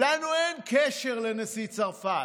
לנו אין קשר לנשיא צרפת.